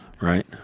Right